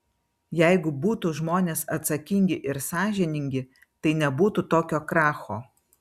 jeigu būtų žmonės atsakingi ir sąžiningi tai nebūtų tokio kracho